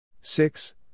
Six